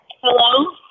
hello